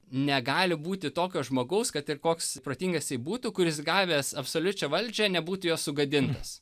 negali būti tokio žmogaus kad ir koks jisai protingas jei būtų kuris gavęs absoliučią valdžią nebūti jos sugadintas